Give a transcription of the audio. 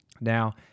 Now